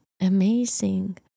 Amazing